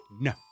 no